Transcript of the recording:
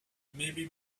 maybe